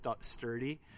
sturdy